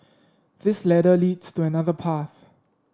this ladder leads to another path